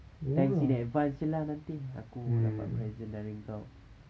thanks in advance jer lah nanti aku dapat present dari engkau